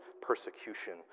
persecution